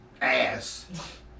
ass